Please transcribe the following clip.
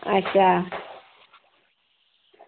अच्छा